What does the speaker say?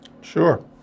Sure